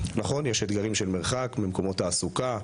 נכון יש אתגרים של מרחק ממקומות תעסוקה,